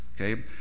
okay